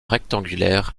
rectangulaires